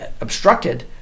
obstructed